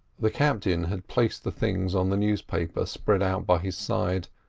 the captain had placed the things on the newspaper spread out by his side,